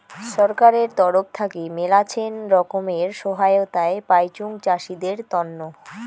ছরকারের তরফ থাকি মেলাছেন রকমের সহায়তায় পাইচুং চাষীদের তন্ন